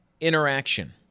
interaction